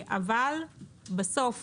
אבל בסוף